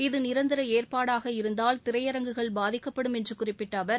இது நிரந்தர ஏற்பாடாக இருந்தால் திரையரங்குகள் பாதிக்கப்படும் என்று குறிப்பிட்ட அவர்